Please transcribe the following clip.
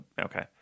okay